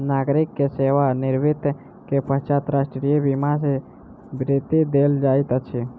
नागरिक के सेवा निवृत्ति के पश्चात राष्ट्रीय बीमा सॅ वृत्ति देल जाइत अछि